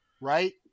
right